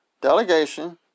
delegation